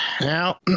Now